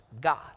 God